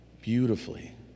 beautifully